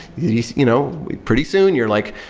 yeah you know pretty soon you're like,